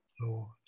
Lord